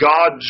God